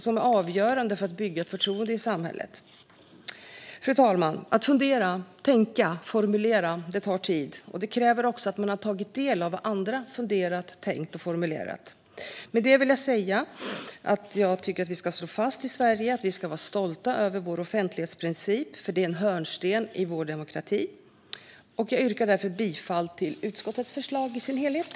Det är avgörande för att bygga ett förtroende i samhället. Fru talman! Att fundera, tänka och formulera tar tid. Det kräver också att man har tagit del av vad andra funderat, tänkt och formulerat. Med det vill jag säga att vi i Sverige ska slå fast att vi ska vara stolta över vår offentlighetsprincip. Det är en hörnsten i vår demokrati. Jag yrkar därför bifall till utskottets förslag i sin helhet.